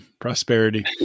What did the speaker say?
prosperity